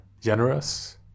generous